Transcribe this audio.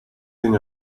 think